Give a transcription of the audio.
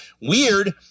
Weird